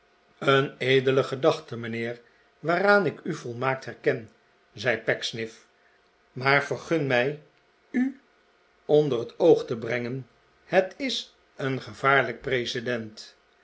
een edele gedachte mijnheer waaraan ik u volmaakt herken zei pecksniff maar vergun mij u onder het oog te brengen het is een gevaarlijk precedent